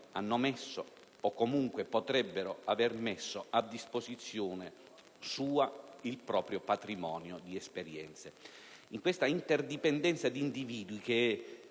hanno messo, o comunque potrebbero aver messo a disposizione sua il proprio patrimonio di esperienze». In questa interdipendenza di individui, che